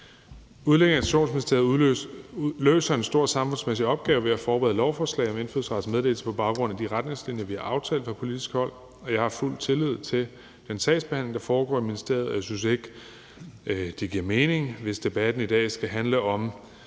og Integrationsministeriet løser en stor samfundsmæssig opgave ved at forberede lovforslaget om indfødsrets meddelelse på baggrund af de retningslinjer, vi har aftalt fra politisk hold, og jeg har fuld tillid til den sagsbehandling, der foregår i ministeriet. Jeg synes ikke, det giver mening, hvis debatten i dag skal handle om